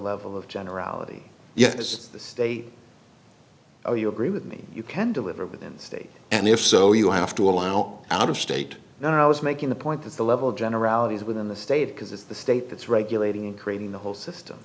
level of generality yet has the state oh you agree with me you can deliver within the state and if so you have to allow out of state and i was making the point that the level of generality is within the state because it's the state that's regulating and creating the whole system